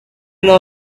know